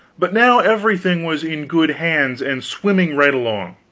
but now everything was in good hands and swimming right along.